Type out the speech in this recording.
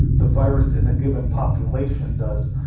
the virus in a given population does,